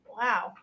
Wow